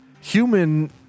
human